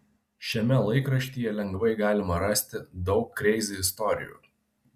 šiame laikraštyje lengvai galima rasti daug kreizi istorijų